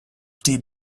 did